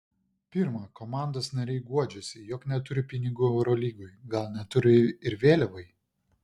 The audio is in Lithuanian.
pirma komandos nariai guodžiasi jog neturi pinigų eurolygai gal neturi ir vėliavai